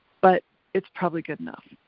but it's probably good enough.